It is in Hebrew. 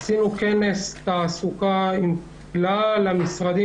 עשינו כנס תעסוקה עם כלל המשרדים,